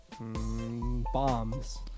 Bombs